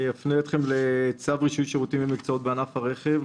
אני מפנה אתכם לצו רישוי שירותים ומקצועות בענף הרכב,